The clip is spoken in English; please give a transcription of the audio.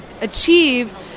achieve